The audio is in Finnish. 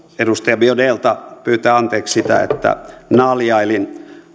edustaja biaudetlta pyytää anteeksi sitä että naljailin